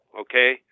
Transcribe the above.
Okay